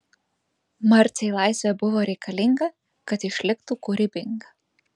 marcei laisvė buvo reikalinga kad išliktų kūrybinga